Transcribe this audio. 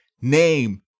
name